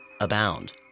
abound